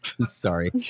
Sorry